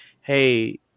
Hey